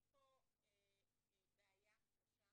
יש פה בעיה קשה